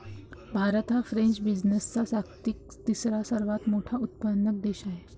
भारत हा फ्रेंच बीन्सचा जगातील तिसरा सर्वात मोठा उत्पादक देश आहे